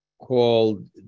called